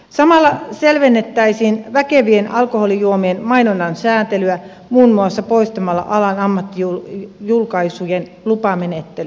samalla selvennettäisiin väkevien alkoholijuomien mainonnan sääntelyä muun muassa poistamalla alan ammattijulkaisujen lupamenettely